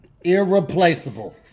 Irreplaceable